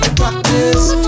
practice